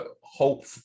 hope